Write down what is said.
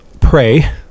pray